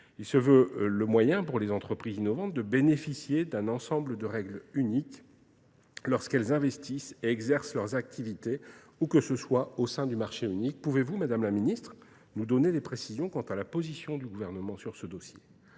Il se veut le moyen pour les entreprises innovantes de bénéficier d'un ensemble de règles uniques lorsqu'elles investissent et exercent leurs activités, ou que ce soit au sein du marché unique. Pouvez-vous, Madame la Ministre, nous donner des précisions quant à la position du gouvernement sur ce dossier ?